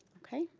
okay.